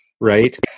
right